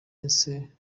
ese